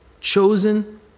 Chosen